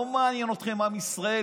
לא מעניין אתכם עם ישראל,